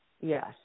Yes